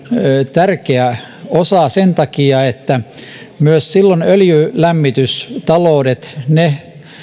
tärkeä osa sen takia että silloin myös öljylämmitystaloudet ne